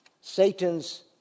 Satan's